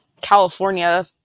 California